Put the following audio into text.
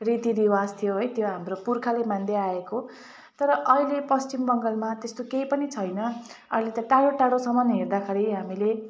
रीतिरिवाज थियो है त्यो हाम्रो पुर्खाले मान्दैआएको तर अहिले पश्चिम बङ्गालमा त्यस्तो केही पनि छैन अहिले त टाढो टाढोसम्म हेर्दाखेरि हामीले